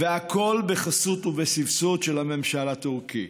והכול בחסות ובסבסוד של הממשל הטורקי.